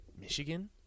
Michigan